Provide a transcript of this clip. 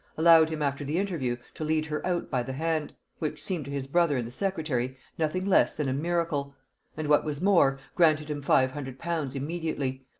allowed him after the interview to lead her out by the hand, which seemed to his brother and the secretary nothing less than a miracle and what was more, granted him five hundred pounds immediately,